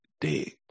day